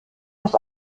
dass